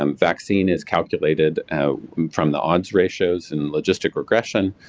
um vaccine is calculated from the odds ratios in logistic regression,